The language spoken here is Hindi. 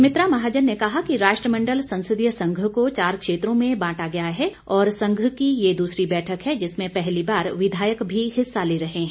सुमित्रा महाजन ने कहा कि राष्ट्रमण्डल संसदीय संघ को चार क्षेत्रों में बांटा गया है और संघ की ये दूसरी बैठक है जिसमें पहली बार विधायक भी हिस्सा ले रहे हैं